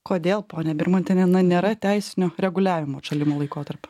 kodėl ponia birmontiene na nėra teisinių reguliavimų atšalimo laikotarpiu